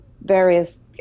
various